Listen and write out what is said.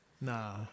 Nah